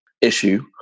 issue